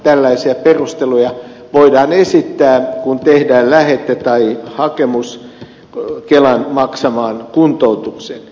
tällaisia perusteluja voidaan esittää kun tehdään lähete tai hakemus kelan maksamaan kuntoutukseen